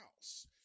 house